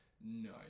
no